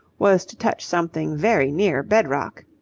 was to touch something very near bed-rock.